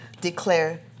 declare